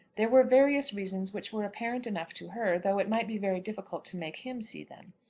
there were various reasons which were apparent enough to her though it might be very difficult to make him see them.